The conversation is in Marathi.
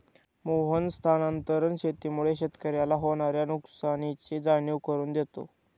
मोहन स्थानांतरण शेतीमुळे शेतकऱ्याला होणार्या नुकसानीची जाणीव करून देतो